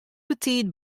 betiid